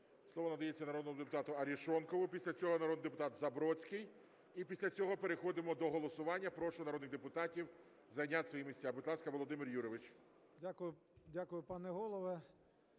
Слово надається народному депутату Арешонкову. Після цього народний депутат Забродський. І після цього переходимо до голосування. Прошу народних депутатів зайняти свої місця. Будь ласка, Володимир Юрійович. 11:52:54